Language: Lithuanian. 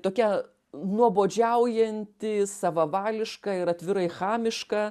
tokia nuobodžiaujanti savavališka ir atvirai chamiška